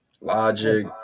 Logic